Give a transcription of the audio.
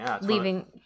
leaving